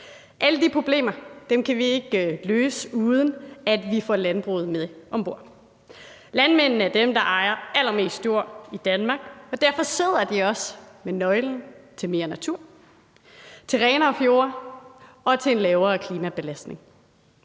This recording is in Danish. Alle de problemer kan vi ikke løse, uden at vi får landbruget med om bord. Landmændene er dem, der ejer allermest jord i Danmark, og derfor sidder de også med nøglen til mere natur, til renere fjorde og til en lavere klimabelastning.